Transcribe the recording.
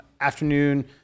afternoon